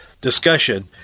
discussion